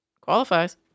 Qualifies